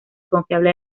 confiable